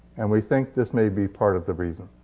and we think this may be part of the reason.